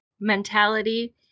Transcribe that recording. mentality